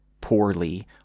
poorly